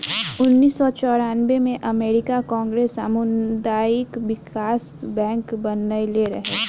उनऽइस सौ चौरानबे में अमेरिकी कांग्रेस सामुदायिक बिकास बैंक बनइले रहे